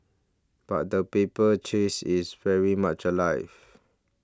but the paper chase is very much alive